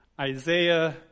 isaiah